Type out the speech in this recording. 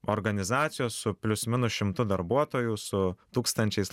organizacijos su plius minus šimtu darbuotojų su tūkstančiais